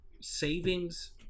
savings